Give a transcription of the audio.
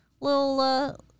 little